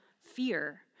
fear